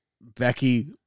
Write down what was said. Becky